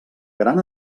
gran